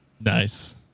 Nice